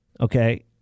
okay